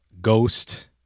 Ghost